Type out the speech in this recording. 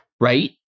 right